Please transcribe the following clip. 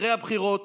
אחרי הבחירות